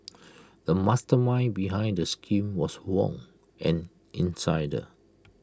the mastermind behind the scheme was Wong an insider